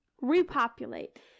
repopulate